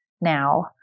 now